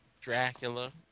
Dracula